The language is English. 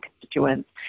constituents